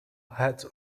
heads